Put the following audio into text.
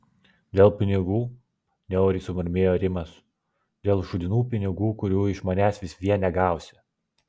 dėl pinigų niauriai sumurmėjo rimas dėl šūdinų pinigų kurių iš manęs vis vien negausi